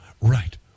right